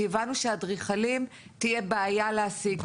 כי הבנו שתהיה בעיה להשיג אדריכלים,